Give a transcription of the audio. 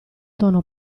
tono